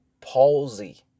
palsy